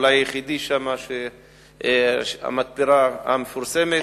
אולי היחידי שם, המתפרה המפורסמת,